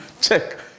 check